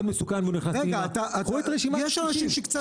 תראו את רשימת הכבישים.